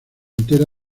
entera